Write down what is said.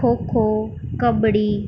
kho kho kabaddi